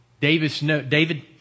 David